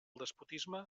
despotisme